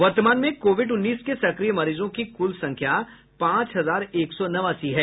वर्तमान में कोविड उन्नीस के सक्रिय मरीजों की कुल संख्या पांच हजार एक सौ नवासी है